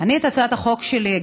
אני קורא למשרדי הממשלה: